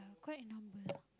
quite a number